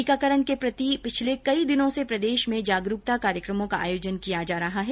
टीकाकरण के प्रति पिछले कई दिनों से प्रदेश में जागरूकता कार्यक्रमों का आयोजन किया जा रहा है